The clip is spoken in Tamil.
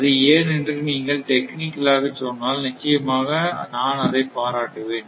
அது ஏன் என்று நீங்கள் டெக்னிக்கலாக சொன்னால் நிச்சயமாக நான் அதை பாராட்டுவேன்